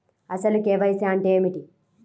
అసలు కే.వై.సి అంటే ఏమిటి?